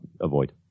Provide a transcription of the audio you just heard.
avoid